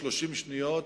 30 שניות,